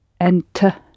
Enter